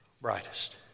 brightest